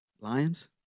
lions